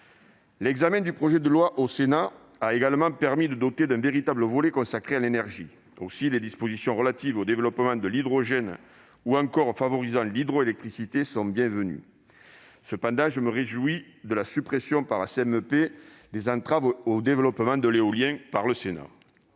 L'examen du projet de loi au Sénat a également permis de doter ce texte d'un véritable volet consacré à l'énergie. Aussi, les dispositions relatives au développement de l'hydrogène ou encore favorisant l'hydroélectricité sont bienvenues. Cependant, je me réjouis de la suppression par la commission mixte paritaire des entraves au développement de l'éolien par le Sénat.